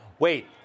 Wait